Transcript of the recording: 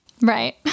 Right